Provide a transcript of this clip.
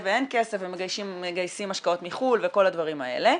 ואין כסף ומגייסים השקעות מחו"ל וכל הדברים האלה.